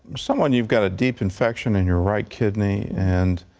someone, you've got a deep infection in your right kidney. and